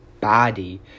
body